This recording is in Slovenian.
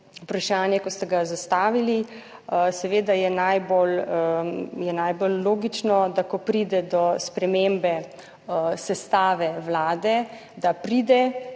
vprašanje, ki ste ga zastavili. Seveda je najbolj logično, da ko pride do spremembe sestave Vlade, pride